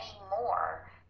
anymore